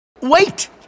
Wait